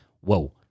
whoa